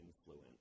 influence